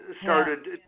started